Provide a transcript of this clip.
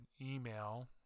email